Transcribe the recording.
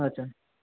अच्छा